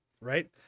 right